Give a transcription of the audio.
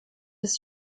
des